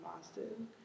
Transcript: Boston